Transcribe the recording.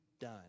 done